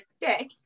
dick